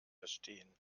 verstehen